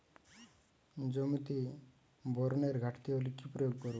জমিতে বোরনের ঘাটতি হলে কি প্রয়োগ করব?